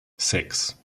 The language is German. sechs